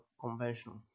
conventional